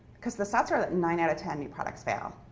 because the stats are that nine out of ten new products fail,